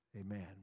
Amen